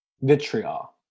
Vitriol